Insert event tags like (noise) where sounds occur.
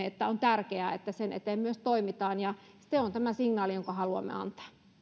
(unintelligible) että on tärkeää että sen eteen myös toimitaan ja se on tämä signaali jonka haluamme antaa